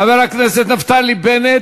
חבר הכנסת נפתלי בנט,